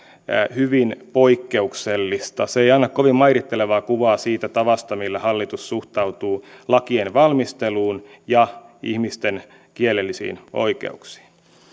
hyvin poikkeuksellinen se ei anna kovin mairittelevaa kuvaa siitä tavasta millä hallitus suhtautuu lakien valmisteluun ja ihmisten kielellisiin oikeuksiin